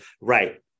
Right